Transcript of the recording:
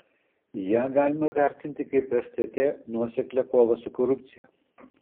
ją galima vertinti kaip stt nuoseklią kovą su korupcija